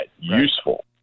useful